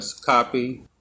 copy